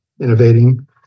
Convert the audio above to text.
innovating